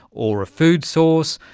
or a food source,